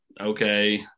okay